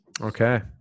Okay